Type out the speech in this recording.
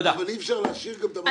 אבל אי-אפשר להשאיר את המצב כמות שהוא.